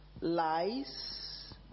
lies